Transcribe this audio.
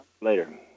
Later